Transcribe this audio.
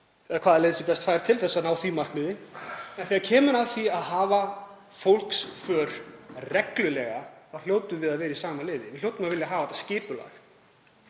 eða hvaða leið sé best fær til að ná því markmiði. En þegar kemur að því að hafa för fólks reglulega þá hljótum við að vera í sama liði. Við hljótum að vilja hafa þetta skipulagt.